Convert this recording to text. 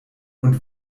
und